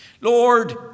Lord